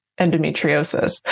endometriosis